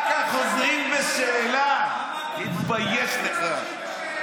רק החוזרים בשאלה, תתבייש לך.